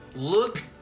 Look